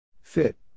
Fit